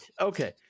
Okay